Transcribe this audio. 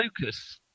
focus